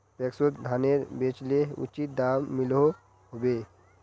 पैक्सोत धानेर बेचले उचित दाम मिलोहो होबे?